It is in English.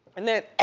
and then ah